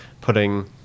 putting